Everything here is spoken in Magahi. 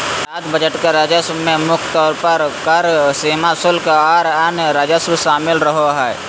राज्य बजट के राजस्व में मुख्य तौर पर कर, सीमा शुल्क, आर अन्य राजस्व शामिल रहो हय